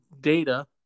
data